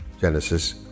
Genesis